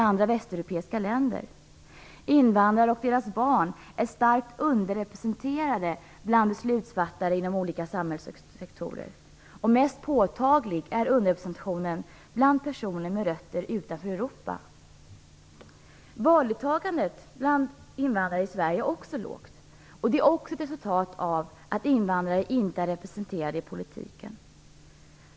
Invandrare och deras barn är starkt underrepresenterade bland beslutsfattare i de olika samhällssektorerna. Mest påtaglig är underrepresentationen bland personer med rötter utanför Europa. Valdeltagandet bland invandrare i Sverige är också lågt. Även detta är ett resultat av att invandrare inte är representerade i politiken.